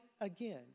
again